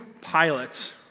pilots